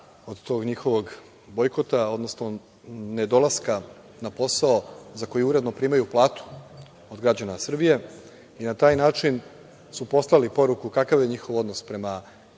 od tog njihovog bojkota, odnosno nedolaska na posao za koji uredno primaju platu od građana Srbije i na taj način su poslali poruku kakav je njihov odnos prema